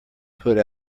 put